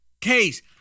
case